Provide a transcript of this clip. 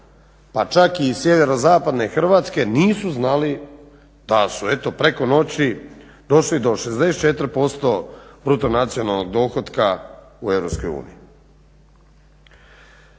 pa čak i sjeverozapadne Hrvatske nisu znali da su eto preko noći došli do 64% bruto nacionalnog dohotka u EU.